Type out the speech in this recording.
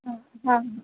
હ હા